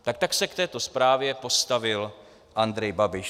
Tak tak se k této zprávě postavil Andrej Babiš.